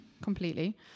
Completely